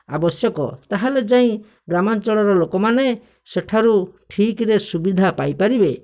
ଆବଶ୍ୟକ ତା'ହେଲେ ଯାଇ ଗ୍ରାମାଞ୍ଚଳର ଲୋକମାନେ ସେଠାରୁ ଠିକ୍ରେ ସୁବିଧା ପାଇପାରିବେ